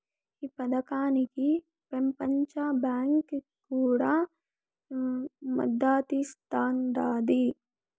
ఈ పదకానికి పెపంచ బాంకీ కూడా మద్దతిస్తాండాది